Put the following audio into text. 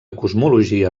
cosmologia